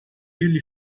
ele